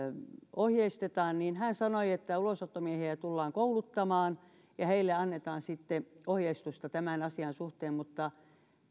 ohjeistetaan hän sanoi että ulosottomiehiä tullaan kouluttamaan ja heille annetaan sitten ohjeistusta tämän asian suhteen mutta